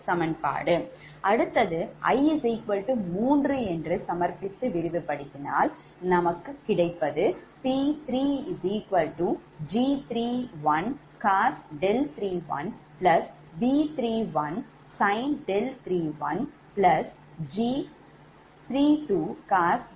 அடுத்து i3 என்று சமர்ப்பித்து விரிவுபடுத்தினால் நமக்கு கிடைப்பதுP3G31cos31B31sin31G32cos32B32sin32G33